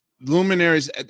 luminaries